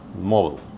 mobile